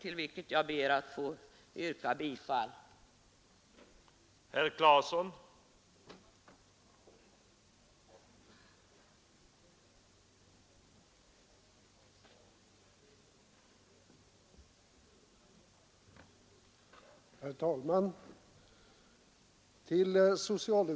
Jag ber alltså att få yrka bifall till utskottets hemställan på samtliga punkter.